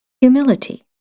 humility